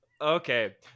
Okay